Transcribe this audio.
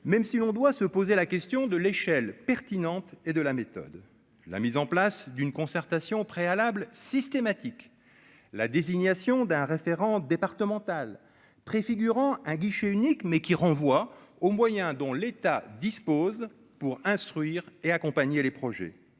même si l'on doit se poser la question de l'échelle pertinente et de la méthode, la mise en place d'une concertation préalable systématique la désignation d'un référent départemental préfigurant un guichet unique mais qui renvoie, aux moyens dont l'État dispose pour instruire et accompagner les projets